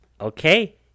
Okay